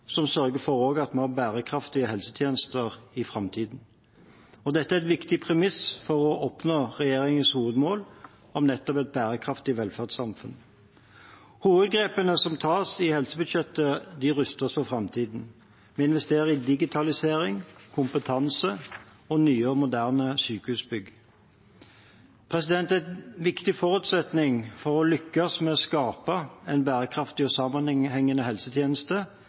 som sørger for at vi har bærekraftige helsetjenester i framtiden. Dette er et viktig premiss for å oppnå regjeringens hovedmål om et bærekraftig velferdssamfunn. Hovedgrepene som tas i helsebudsjettet, ruster oss for framtiden. Vi investerer i digitalisering, kompetanse og nye og moderne sykehusbygg. En viktig forutsetning for å lykkes med å skape en bærekraftig og sammenhengende helsetjeneste